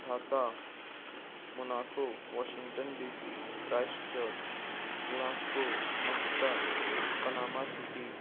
Dhaka Monaco Washington DC Christchurch Glasgow Muscat Panama city